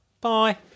Bye